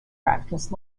practiced